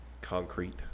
concrete